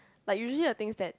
like usually a thing that